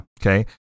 Okay